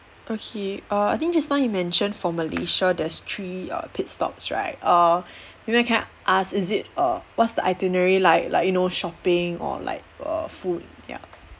okay err I think just now you mentioned for malaysia there's three uh pit stops right err maybe can I ask is it err what's the itinerary like like you know shopping or like err food ya